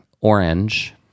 Orange